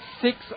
six